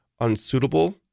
Unsuitable